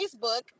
Facebook